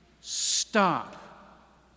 Stop